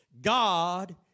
God